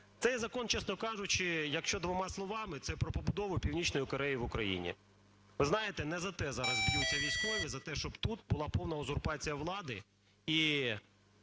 Цей закон, чесно кажучи, якщо двома словами, це про побудову Північної Кореї в Україні. Ви знаєте, не за те зараз б'ються військові, за те, щоб тут була повна узурпація влади, і